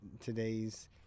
today's